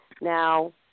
Now